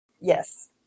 Yes